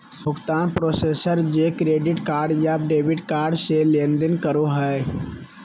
भुगतान प्रोसेसर जे credit card या डेबिट कार्ड से लेनदेन करो हइ